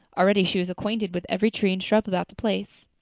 already she was acquainted with every tree and shrub about the place.